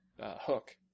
Hook